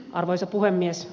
arvoisa puhemies